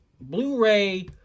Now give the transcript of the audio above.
Blu-ray